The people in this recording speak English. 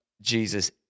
Jesus